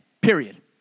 period